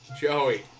Joey